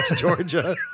Georgia